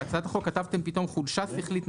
בהצעת החוק כתבתם פתאום חולשה שכלית,